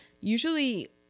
Usually